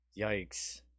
Yikes